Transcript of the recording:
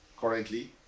currently